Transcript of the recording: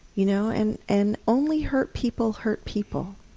you know and and only hurt people hurt people.